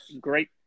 great